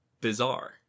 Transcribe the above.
bizarre